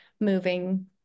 moving